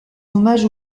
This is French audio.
hommage